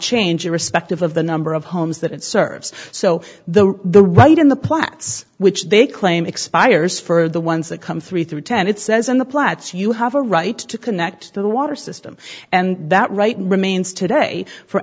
change irrespective of the number of homes that it serves so the right in the plants which they claim expires for the ones that come three through ten it says in the platts you have a right to connect the water system and that right remains today for